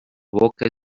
boca